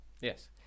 Yes